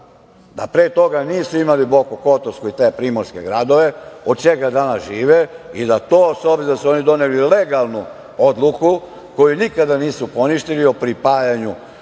da pre toga nisu imali Boku Kotorsku i primorske gradove od čega danas žive i da to, obzirom da su doneli legalnu odluku koju nikada nisu poništili, o pripajanju